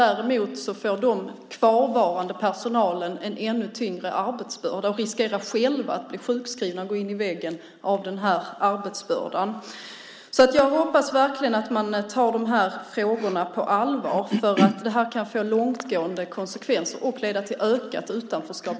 Däremot får den kvarvarande personalen en ännu tyngre arbetsbörda och riskerar att själva bli sjukskrivna och gå in i väggen på grund av arbetsbördan. Jag hoppas verkligen att man tar de här frågorna på allvar, för detta kan få långtgående konsekvenser och i stället leda till ökat utanförskap.